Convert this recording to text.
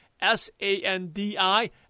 S-A-N-D-I